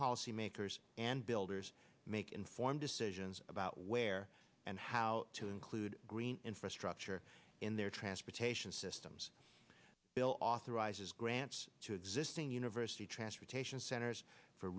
policymakers and builders make informed decisions about where and how to include green infrastructure in their transportation systems bill authorizes grants to existing university transportation centers for